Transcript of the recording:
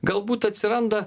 galbūt atsiranda